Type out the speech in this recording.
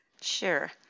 Sure